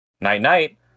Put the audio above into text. Night-night